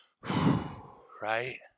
right